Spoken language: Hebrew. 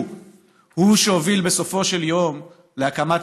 שהוא-הוא שהוביל בסופו של יום להקמת